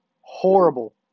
Horrible